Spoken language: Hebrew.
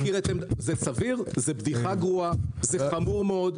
זה בדיחה גרועה, זה חמור מאוד.